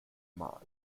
mal